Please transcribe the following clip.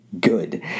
good